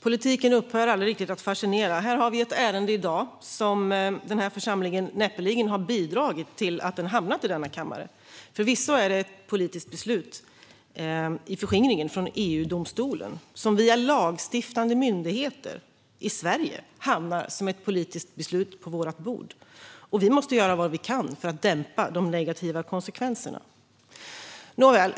Politiken upphör aldrig att fascinera. Här har vi ett ärende i dag som den här församlingen näppeligen har bidragit till att det hamnat i denna kammare. Förvisso är det fråga om ett politiskt beslut i förskingringen från EU-domstolen som via lagstiftande myndigheter i Sverige hamnat som ett politiskt beslut på vårt bord, och vi måste göra vad vi kan för att dämpa de negativa konsekvenserna. Nåväl!